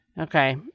Okay